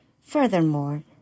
Furthermore